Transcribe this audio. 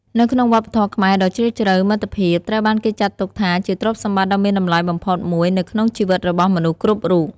នៅក្នុងវប្បធម៌ខ្មែរដ៏ជ្រាលជ្រៅ មិត្តភាពត្រូវបានគេចាត់ទុកថាជាទ្រព្យសម្បត្តិដ៏មានតម្លៃបំផុតមួយនៅក្នុងជីវិតរបស់មនុស្សគ្រប់រូប។